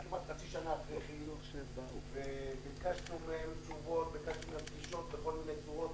תשובות, ביקשנו מהם פגישות בכל מיני צורות.